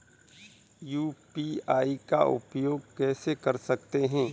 UPI का उपयोग कैसे कर सकते हैं?